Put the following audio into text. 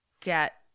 get